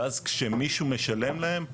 ואז כשמישהו משלם להם,